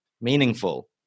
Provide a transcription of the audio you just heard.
meaningful